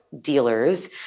dealers